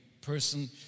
person